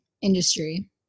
industry